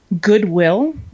goodwill